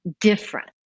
different